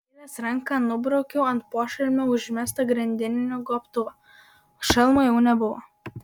pakėlęs ranką nubraukiau ant pošalmio užmestą grandininių gobtuvą šalmo jau nebuvo